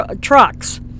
trucks